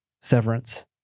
Severance